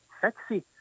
sexy